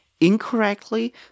incorrectly